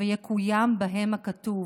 ויקוים בהם הכתוב: